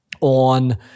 on